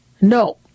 No